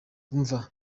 umva